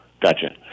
Gotcha